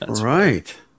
right